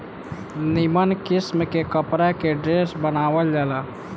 निमन किस्म के कपड़ा के ड्रेस बनावल जाला